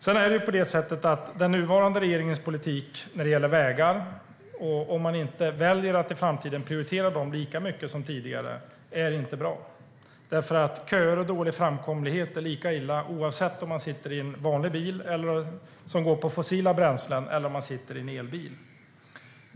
Sedan är det på det sättet att den nuvarande regeringens politik när det gäller vägar, om man inte väljer att i framtiden prioritera dem lika mycket som tidigare, inte är bra. Köer och dålig framkomlighet är ju lika illa oavsett om man sitter i en vanlig bil som går på fossila bränslen eller i en elbil.